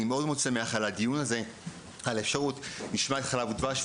אז אני מאוד שמח על קיום הדיון הזה ועל האפשרות לשמוע את ׳חלב ודבש׳,